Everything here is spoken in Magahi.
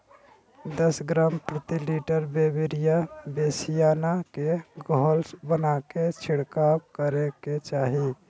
दस ग्राम प्रति लीटर बिवेरिया बेसिआना के घोल बनाके छिड़काव करे के चाही